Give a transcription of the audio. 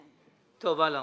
הלאה.